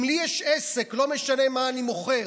אם לי יש עסק, לא משנה מה אני מוכר,